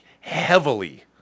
heavily